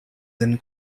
than